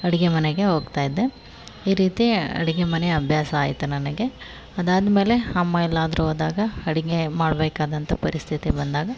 ಅಡುಗೆ ಮನೆಗೆ ಹೋಗ್ತಾ ಇದ್ದೆ ಈ ರೀತಿ ಅಡುಗೆ ಮನೆ ಅಭ್ಯಾಸ ಆಯಿತು ನನಗೆ ಅದಾದಮೇಲೆ ಅಮ್ಮ ಎಲ್ಲಾದರೂ ಹೋದಾಗ ಅಡುಗೆ ಮಾಡ್ಬೇಕಾದಂಥ ಪರಿಸ್ಥಿತಿ ಬಂದಾಗ